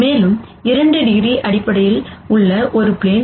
மேலும் 2 டிகிரி அடிப்படையில் உள்ள ஒரு ப்ளேன்